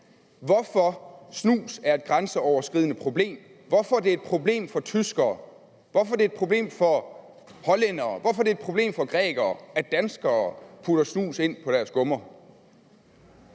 hvorfor snus er et grænseoverskridende problem, altså hvorfor det er et problem for tyskere, hvorfor det er et problem for hollændere, hvorfor det er et problem for grækere, at danskere putter snus ind på deres gummer.